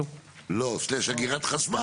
לא, אגירת חשמל.